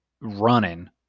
running